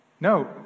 No